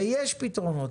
ויש פתרונות.